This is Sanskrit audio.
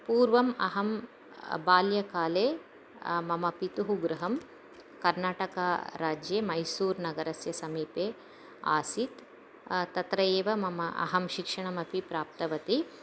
पूर्वम् अहं बाल्यकाले मम पितुः गृहं कर्नाटकराज्ये मैसूरनगरस्य समीपे आसीत् तत्र एव मम अहं शिक्षणमपि प्राप्तवती